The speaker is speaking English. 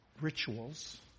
rituals